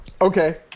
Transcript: Okay